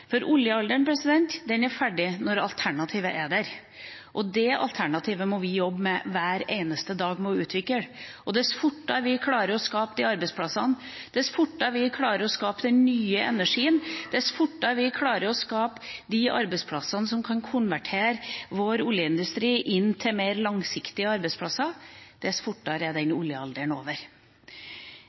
for oljealderen er ferdig når alternativet er der, og det alternativet må vi hver eneste dag jobbe med å utvikle. Dess fortere vi klarer å skape de arbeidsplassene, dess fortere vil vi klare å skape den nye energien. Dess fortere vi klarer å skape de arbeidsplassene som kan konvertere vår oljeindustri til mer langsiktige arbeidsplasser, dess fortere er oljealderen over.